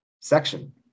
section